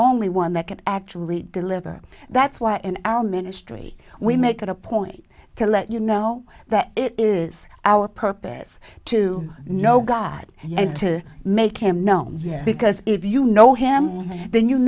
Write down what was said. only one that can actually deliver that's why in our ministry we make it a point to let you know that it is our purpose to know god and to make him known yeah because if you know him then you